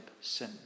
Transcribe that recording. sin